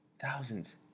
Thousands